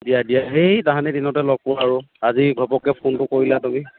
দিয়া দিয়া সেই তাহানি দিনতে লগ পোৱা আৰু আজি ঘপককৈ ফোনটো কৰিলা তুমি